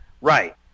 Right